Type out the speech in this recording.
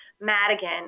Madigan